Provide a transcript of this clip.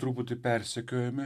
truputį persekiojami